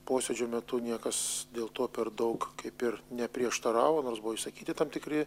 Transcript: posėdžio metu niekas dėl to per daug kaip ir neprieštaravo nors buvo išsakyti tam tikri